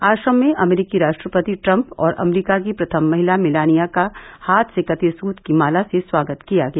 आश्रम में अमरीकी राष्ट्रपति ट्रम्प और अमरीका की प्रथम महिला मेलानिया का हाथ से कते सूत की माला से स्वागत किया गया